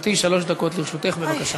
גברתי, שלוש דקות לרשותך, בבקשה.